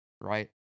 right